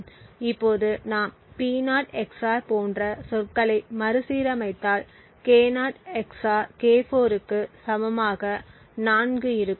இப்போது நாம் P0 XOR போன்ற சொற்களை மறுசீரமைத்தால் K0 XOR K4 க்கு சமமாக 4 இருக்கும்